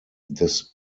des